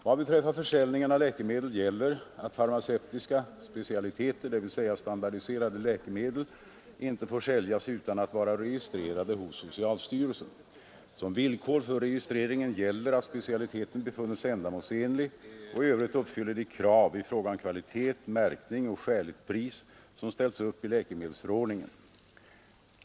Vad beträffar försäljning av läkemedel gäller att farmacevtiska specialiteter, dvs. standardiserade läkemedel, inte får säljas utan att vara registrerade hos socialstyrelsen. Som villkor för registrering gäller att specialiteten befunnits ändamålsenlig och i övrigt uppfyller de krav i fråga om kvalitet, märkning och skäligt pris som ställts upp i läkemedelsförordningen.